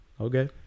Okay